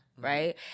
right